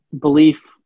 belief